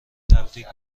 تبریگ